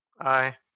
Aye